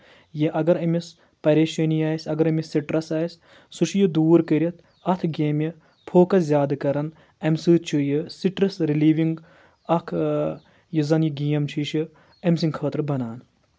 یہِ اگر أمِس پریشٲنی آسہِ اگر أمِس سِٹرٛس آسہِ سُہ چھُ یہِ دوٗر کٔرِتھ اَتھ گیمہِ فوکس زیادٕ کران امہِ سۭتۍ چھُ یہِ سٹرٛس رِلیٖوِنٛگ اکھ یُس زَن یہِ گیم چھُ یہِ چھُ أمۍ سٕنٛدِ خٲطرٕ بنان